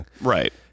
Right